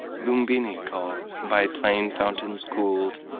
lumbini called, by playing fountains cooled,